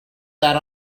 that